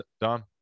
Don